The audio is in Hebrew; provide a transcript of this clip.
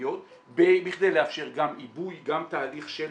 המקומיות בכדי לאפשר גם עיבוי, גם תהליך של